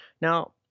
Now